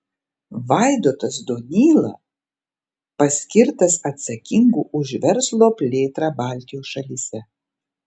vaidotas donyla paskirtas atsakingu už verslo plėtrą baltijos šalyse